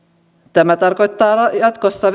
tämä tarkoittaa jatkossa